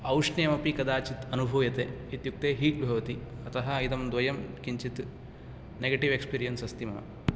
औष्ण्यमपि कदाचित् अनुभूयते इत्युक्ते हीट् भवति अतः इदं द्वयं किञ्चित् नेगटिव् एक्सपीरियन्स् अस्ति मम